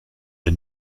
der